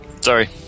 Sorry